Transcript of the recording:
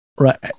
Right